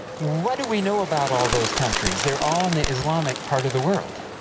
what do we know about all those countries? they are all in the islamic part of the world.